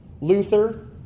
Luther